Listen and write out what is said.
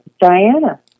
Diana